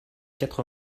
quatre